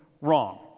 Wrong